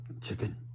Chicken